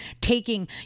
taking